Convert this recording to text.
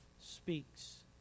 speaks